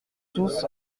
tous